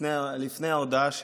לפני ההודעה שלי.